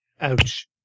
Ouch